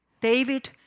David